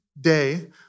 day